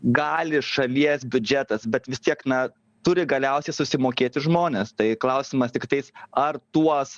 gali šalies biudžetas bet vis tiek na turi galiausiai susimokėti žmonės tai klausimas tiktais ar tuos